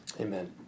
Amen